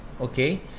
Okay